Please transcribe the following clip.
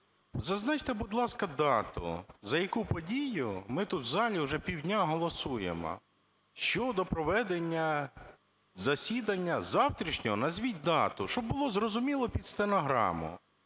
Зазначте, будь ласка, дату, за яку подію ми тут у залі вже пів дня голосуємо щодо проведення засідання завтрашнього. Назвіть дату, щоб було зрозуміло під стенограму.